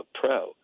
pro